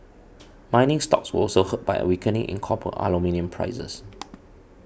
mining stocks were also hurt by a weakening in copper aluminium prices